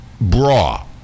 bra